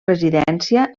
residència